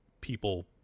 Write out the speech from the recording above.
people